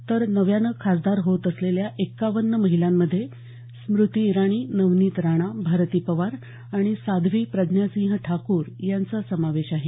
तर नव्यानं खासदार होत असलेल्या एक्कावन्न महिलांमध्ये स्मृती इराणी नवनीत राणा भारती पवार आणि साध्वी प्रज्ञासिंह ठाकूर यांचा समावेश आहे